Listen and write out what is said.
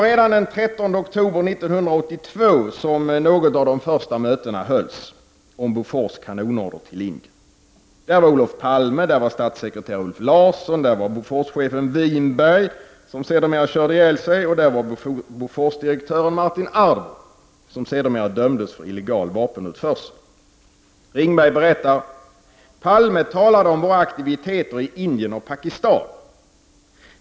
Redan den 13 oktober 1982 hölls något av de första mötena angående Bofors kanonorder till Indien. Närvarande var Olof Palme, statssekreterare Ulf Larsson, Boforschefen Winberg, som sedermera körde ihjäl sig, och Boforsdirektören Martin Ardbo, som sedermera dömdes för illegal vapenutförsel. ”Palme talade om våra aktiviteter i Indien och Pakistan”.